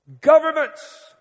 governments